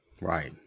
Right